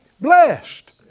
blessed